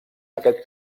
aquest